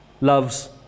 loves